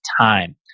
time